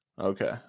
Okay